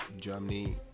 germany